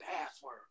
Password